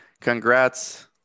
congrats